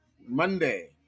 monday